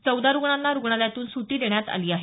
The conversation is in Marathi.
चौदा रुग्णांना रुग्णालयातून सुटी देण्यात आली आहे